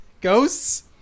Ghosts